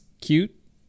cute